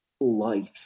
Lives